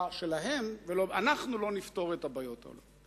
שלהם: אנחנו לא נפתור את הבעיות האלה.